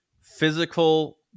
physical